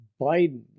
Biden